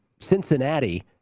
Cincinnati